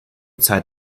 zeit